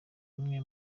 imwe